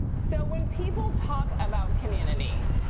so when people talk about community,